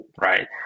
right